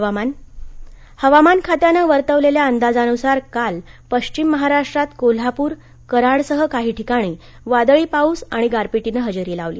हवामान हवामान खात्यानं वर्तवलेल्या अंदाजानुसार काल पश्चिम महाराष्ट्रात कोल्हापूर कराड सह काही ठिकाणी वादळी पाऊस आणि गारपिटीनं हजेरी लावली